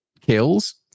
Kills